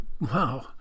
wow